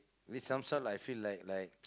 with some sort I feel like like